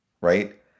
Right